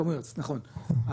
כמויות נכון,